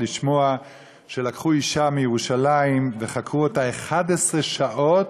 לשמוע שלקחו אישה מירושלים וחקרו אותה 11 שעות